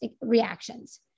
reactions